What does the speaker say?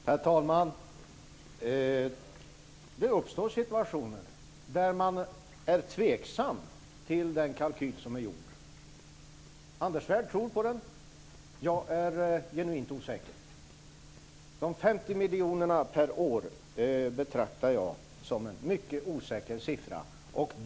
Herr talman! Det uppstår situationer där man är tveksam till den kalkyl som är gjord. Anders Svärd tror på den. Jag är genuint osäker. De 50 miljoner kronorna per år betraktar jag som en mycket osäker siffra.